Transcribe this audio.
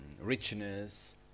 richness